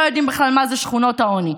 לא יודעים בכלל מה זה שכונות העוני,